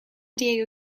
diego